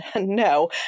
no